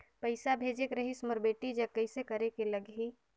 पइसा भेजेक रहिस मोर बेटी जग कइसे करेके लगही?